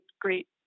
great